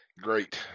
great